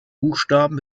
buchstaben